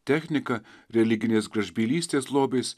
technika religinės gražbylystės lobiais